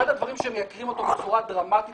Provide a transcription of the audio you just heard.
אחד הדברים שמייקרים אותו בצורה דרמטית